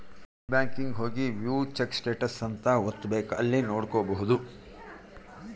net banking ಹೋಗಿ view check status ಅಂತ ಒತ್ತಬೆಕ್ ಅಲ್ಲಿ ನೋಡ್ಕೊಬಹುದು